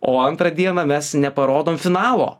o antrą dieną mes neparodom finalo